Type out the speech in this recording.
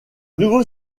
nouveau